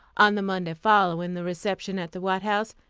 on the monday following the reception at the white house,